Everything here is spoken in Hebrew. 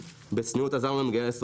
פתחנו לעשרות אלפי משקיעים מהציבור